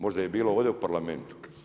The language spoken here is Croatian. Možda je bilo ovdje u Parlamentu.